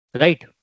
Right